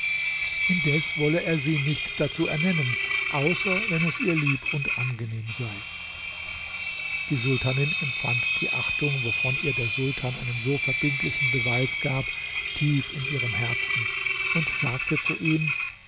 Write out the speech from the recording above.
indes wolle er sie nicht dazu ernennen außer wenn es ihr lieb und angenehm sei die sultanin empfand die achtung wovon ihr der sultan einen so verbindlichen beweis gab tief in ihrem herzen und sagte zu ihm